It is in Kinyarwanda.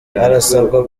harasabwa